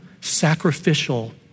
sacrificial